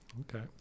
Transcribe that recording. okay